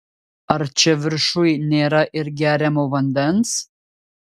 ar čia viršuj nėra ir geriamo vandens